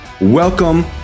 Welcome